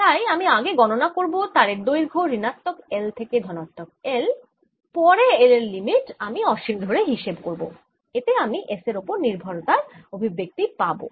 তাই আমি আগে গণনা করব তারের দৈর্ঘ্য ঋণাত্মক L থেকে ধনাত্মক L ধরে পরে L এর লিমিট আমি অসীম ধরে হিসেব করব এতে আমি S এর ওপর নির্ভরতার অভিব্যক্তি পাবো